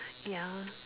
ya